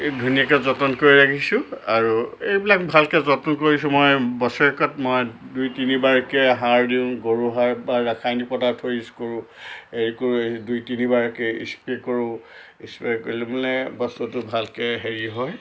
এই ধুনীয়াকৈ যতন কৰি ৰাখিছোঁ আৰু এইবিলাক ভালকৈ যতন কৰিছোঁ মই বছৰেকত মই দুই তিনিবাৰকৈ সাৰ দিওঁ গৰু সাৰ বা ৰাসায়নিক পদাৰ্থ ইউজ কৰোঁ এই কৰোঁ দুই তিনিবাৰকৈ স্প্ৰে' কৰোঁ স্প্ৰে' কৰিলে মানে বস্তুটো ভালকৈ হেৰি হয়